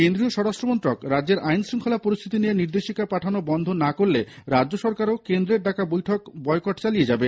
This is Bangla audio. কেন্দ্রীয় স্বরাষ্ট্র মন্ত্রক রাজ্যের আইনশৃঙ্খলা পরিস্থিতি নিয়ে নির্দেশিকা পাঠানো বন্ধ না করলে রাজ্য সরকারও কেন্দ্রের ডাকা বৈঠক বয়কট চালিয়ে যাবে